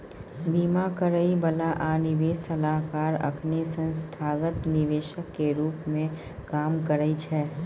बीमा करइ बला आ निवेश सलाहकार अखनी संस्थागत निवेशक के रूप में काम करइ छै